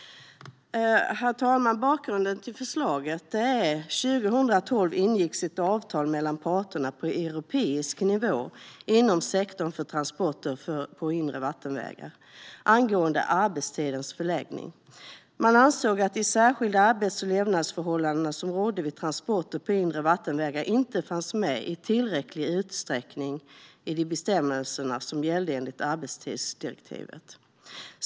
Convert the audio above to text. Herr talman! Bakgrunden till förslaget är att det 2012 ingicks ett avtal mellan parterna på europeisk nivå inom sektorn för transporter på inre vattenvägar angående arbetstidens förläggning. Man ansåg att de särskilda arbets och levnadsförhållanden som rådde vid transporter på inre vattenvägar inte fanns med i tillräcklig utsträckning i de bestämmelser som gällde enligt arbetstidsdirektivet.